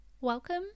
welcome